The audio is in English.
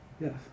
Yes